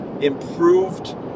improved